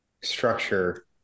structure